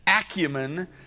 acumen